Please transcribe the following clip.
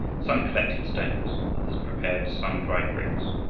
some collected stones, others prepared sun-dried bricks,